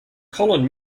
collin